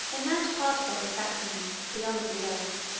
in that part of upper saxony, beyond the elbe,